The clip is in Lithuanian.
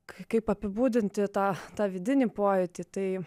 kaip apibūdinti tą tą vidinį pojūtį tai